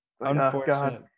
unfortunate